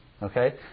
Okay